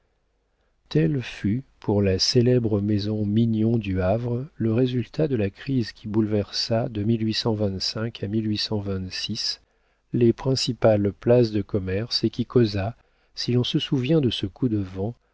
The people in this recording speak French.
tel fut pour la célèbre maison mignon du havre le résultat de la crise qui bouleversa de à les principales places de commerce et qui causa si l'on se souvient de ce coup de vent